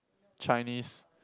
Chinese